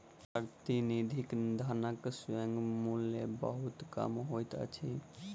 प्रतिनिधि धनक स्वयं मूल्य बहुत कम होइत अछि